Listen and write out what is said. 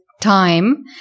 time